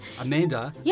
Amanda